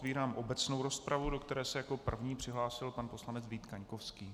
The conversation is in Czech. Otevírám obecnou rozpravu, do které se jako první přihlásil pan poslanec Vít Kaňkovský.